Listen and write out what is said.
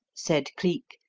said cleek,